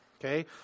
Okay